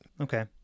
okay